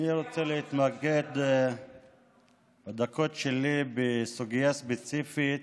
אני רוצה להתמקד בדקות שלי בסוגיה הספציפית